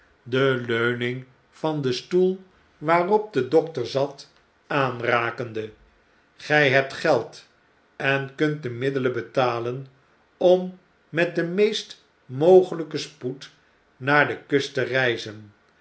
de leuning van den stoel waarop de dokter zat aanrakende gj bebt geld en kunt de middelen betalen om met den meest mogelijken spoed naar de kust te reizen